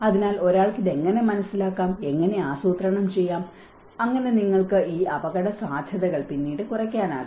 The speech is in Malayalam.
അതിനാൽ ഒരാൾക്ക് ഇത് എങ്ങനെ മനസ്സിലാക്കാം എങ്ങനെ ആസൂത്രണം ചെയ്യാം അങ്ങനെ നിങ്ങൾക്ക് ഈ അപകടസാധ്യതകൾ പിന്നീട് കുറയ്ക്കാനാകും